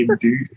dude